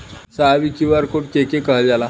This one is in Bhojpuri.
साहब इ क्यू.आर कोड के के कहल जाला?